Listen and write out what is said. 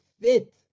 fit